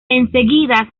enseguida